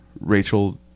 Rachel